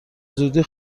زودی